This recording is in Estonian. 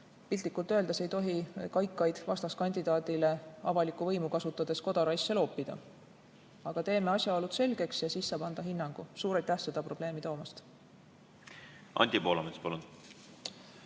piltlikult öeldes ei tohi kaikaid vastaskandidaadile avalikku võimu kasutades kodaraisse loopida. Aga teeme asjaolud selgeks ja siis saab anda hinnangu. Suur aitäh seda probleemi esile toomast!